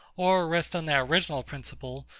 or rest on that original principle,